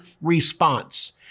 response